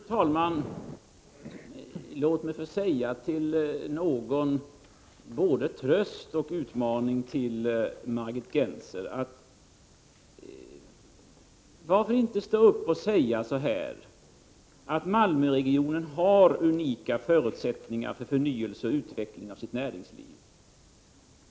Fru talman! Låt mig få säga som både tröst och utmaning till Margit = '8!5!drag till ett regio Gennser: Varför inte stå upp och säga att Malmöregionen har unika iMalmö förutsättningar för förnyelse och utveckling av sitt näringsliv?